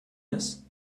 ist